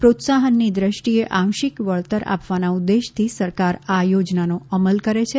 પ્રોત્સાહનની દ્રષ્ટિએ આંશિક વળતર આપવાના ઉદેશ્યથી સરકાર આ યોજનાનો અમલ કરે છે